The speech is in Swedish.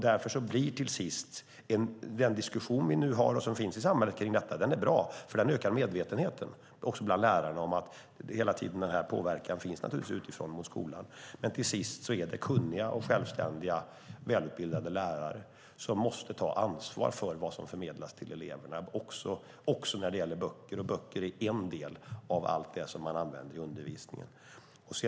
Den diskussion vi nu har och som finns i samhället kring detta är bra, för den ökar medvetenheten också bland lärarna om att denna påverkan utifrån mot skolan naturligtvis hela tiden finns. Till sist är det dock kunniga, självständiga och välutbildade lärare som måste ta ansvar för vad som förmedlas till eleverna också när det gäller böcker, och böcker är en del av allt det som man använder i undervisningen.